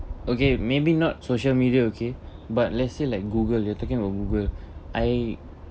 okay maybe not social media okay but let's say like google you're talking about google I